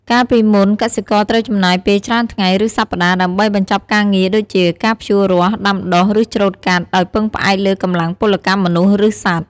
កាលពីមុន កសិករត្រូវចំណាយពេលច្រើនថ្ងៃ ឬសប្តាហ៍ ដើម្បីបញ្ចប់ការងារដូចជាការភ្ជួររាស់ ដាំដុះ ឬច្រូតកាត់ ដោយពឹងផ្អែកលើកម្លាំងពលកម្មមនុស្ស ឬសត្វ។